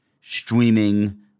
streaming